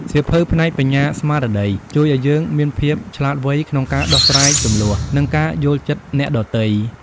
សៀវភៅផ្នែកបញ្ញាស្មារតី ជួយឱ្យយើងមានភាពឆ្លាតវៃក្នុងការដោះស្រាយជម្លោះ និងការយល់ចិត្តអ្នកដទៃ។